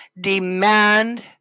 Demand